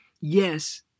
yes